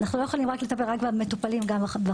אנחנו לא יכולים לטפל רק במטופלים ובחולים,